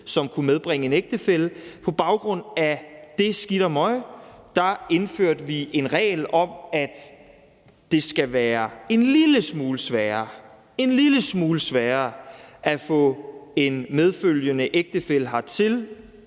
som kunne medbringe en ægtefælle – på baggrund af det skidt og møg indførte vi en regel om, at det skal være en lille smule sværere, en lille smule sværere, at få en medfølgende ægtefælle hertil,